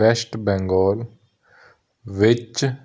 West Bengal ਵਿੱਚ